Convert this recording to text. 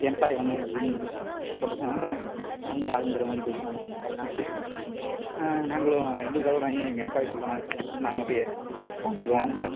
employee வந்து union support இருக்கினால அவங்க ஆளுங்கிற மாதிரி பேசுவாய்ங்க எம்ப்ளாய்லாம் நாங்களும் எங்களுக்கும் ஆளு வருவாங்க எங்கள் எம்ப்ளாய் சொல்கிறோம் நாங்கள் செய்கிறன்னு சொல்லி நாங்களும் அப்படியே கழண்டுக்குவோம்